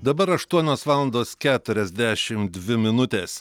dabar aštuonios valandos keturiasdešimt dvi minutės